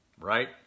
right